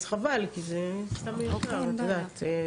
אז חבל, כי זה סתם מיותר, את יודעת.